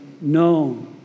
known